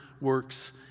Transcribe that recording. works